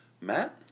Matt